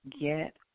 Get